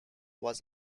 was